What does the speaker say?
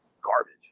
garbage